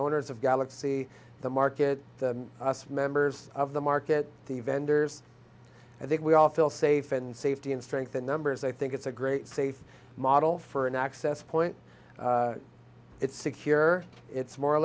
owners of galaxy the market the us members of the market the vendors i think we all feel safe in safety and strength in numbers i think it's a great safe model for an access point it's secure it's mor